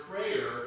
prayer